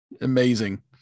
amazing